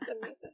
amazing